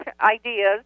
ideas